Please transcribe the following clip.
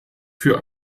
für